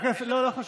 לא, לא חשוב.